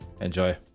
Enjoy